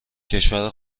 کشور